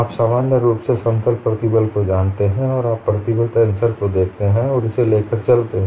आप सामान्य रूप से समतल प्रतिबल को जानते हैं आप प्रतिबल टेंसर को देखते हैं और इसे लेकर चलते हैं